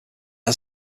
its